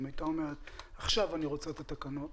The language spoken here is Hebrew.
הייתה אומרת שעכשיו היא רוצה את התקנות,